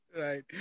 Right